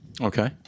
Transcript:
Okay